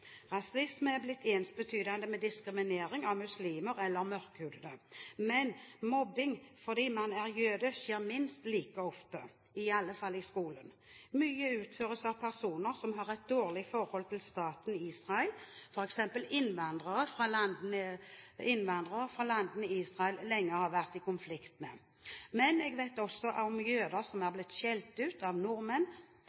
Rasisme er blitt ensbetydende med diskriminering av muslimer eller mørkhudede, men mobbing fordi man er jøde skjer minst like ofte, i alle fall i skolen. Mye utføres av personer som har et dårlig forhold til staten Israel, f.eks. innvandrere fra landene Israel lenge har vært i konflikt med. Men jeg vet også om jøder som er